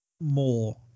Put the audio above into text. more